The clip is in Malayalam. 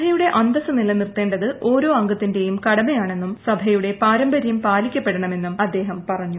സഭയുടെ അന്തസ്സ് നിലനിർത്തേണ്ടത് ഓരോ അംഗത്തിന്റെയും കടമയാണെന്നും സഭയുടെ പാരമ്പര്യം പാലിക്കപ്പെടണമെന്നും അദ്ദേഹം പറഞ്ഞു